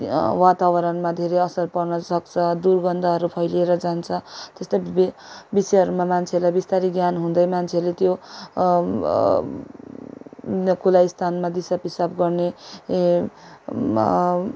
वातावरणमा धेरै असर पर्नसक्छ दुर्गन्धहरू फैलिएर जान्छ त्यस्तो विभि विषयहरूमा मान्छेहरूलाई बिस्तारै ज्ञान हुँदै मान्छेले त्यो खुला स्थानमा दिसा पिसाब गर्ने ए